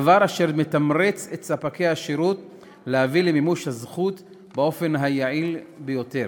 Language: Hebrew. דבר אשר מתמרץ את ספקי השירות להביא למימוש הזכות באופן היעיל ביותר.